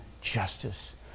justice